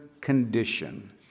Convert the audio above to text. condition